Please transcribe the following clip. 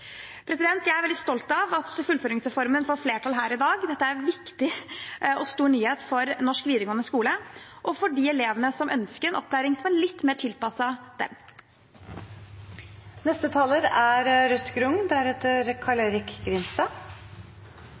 Jeg er veldig stolt av at fullføringsreformen får flertall her i dag, dette er viktig og en stor nyhet for norsk videregående skole og for de elevene som ønsker en opplæring som er litt mer tilpasset dem. Opplæring er